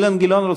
אילן גילאון,